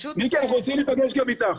מיקי, אנחנו רוצים להיפגש גם איתך.